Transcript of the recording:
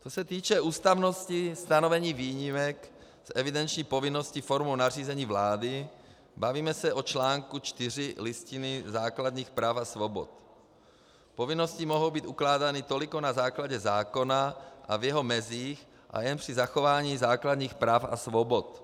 Co se týče ústavnosti stanovení výjimek z evidenční povinnosti formou nařízení vlády, bavíme se o článku 4 Listiny základních práv a svobod, povinnosti mohou být ukládány toliko na základě zákona a v jeho mezích a jen při zachování základních práv a svobod.